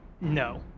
No